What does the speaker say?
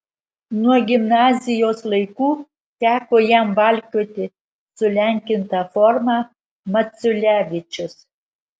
nuo gimnazijos laikų teko jam valkioti sulenkintą formą maculevičius